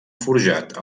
forjat